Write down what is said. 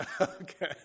Okay